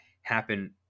happen